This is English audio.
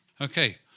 Okay